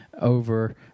over